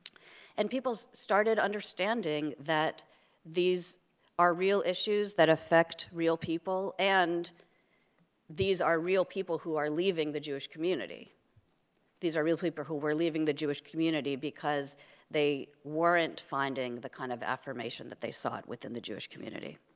and people started understanding that these are real issues that affect real people, and these are real people who are leaving the jewish community these are real people who are leaving the jewish community because they weren't finding the kind of affirmation that they sought within the jewish community.